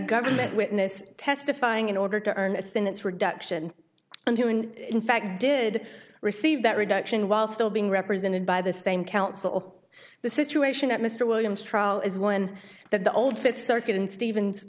government witness testifying in order to earn a sentence reduction and in fact did receive that reduction while still being represented by the same counsel the situation at mr williams trial is one that the old fifth circuit in steven